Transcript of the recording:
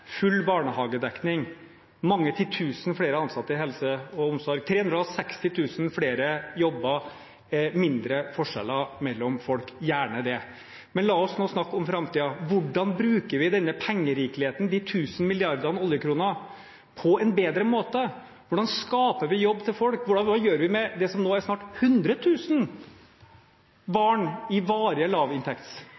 full barnehagedekning, mange titusen flere ansatte i helse- og omsorg, 360 000 flere jobber, mindre forskjeller mellom folk – gjerne det. Men la oss nå snakke om framtiden. Hvordan bruker vi denne pengerikeligheten, de tusen milliardene oljekroner, på en bedre måte? Hvordan skaper vi jobber til folk? Hva gjør vi med det som snart er